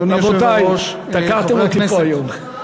רבותי, תקעתם אותי פה היום.